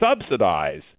subsidize